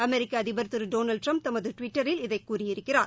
அமெரிக்கஅதிபர் திருடொனால்டுடிரம்ப் தமதுடிவீட்டரில் இதைகூறியிருக்கிறார்